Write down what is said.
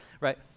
right